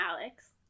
Alex